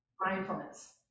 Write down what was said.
mindfulness